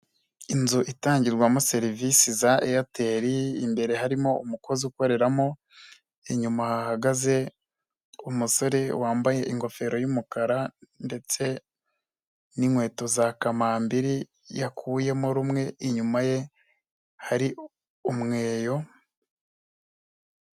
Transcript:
Inzu itangirwamo serivisi za Eyateri imbere harimo umukozi ukoreramo, inyuma hahagaze umusore wambaye ingofero y'umukara ndetse n'inkweto za kamambiri yakuyemo rumwe inyuma ye hari umweyo.